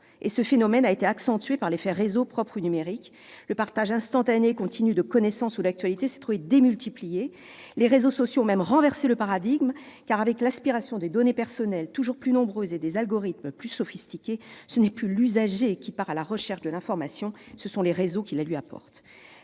Ce phénomène a été accentué par l'effet de réseau propre au numérique. Le partage instantané et continu de connaissances ou d'actualités s'est trouvé démultiplié. Les réseaux sociaux ont même renversé le paradigme : avec l'aspiration de données personnelles toujours plus nombreuses et avec des algorithmes de plus en plus sophistiqués, ce n'est plus l'usager qui part à la recherche de l'information, mais les réseaux qui la lui apportent.